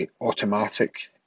automatic